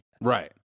Right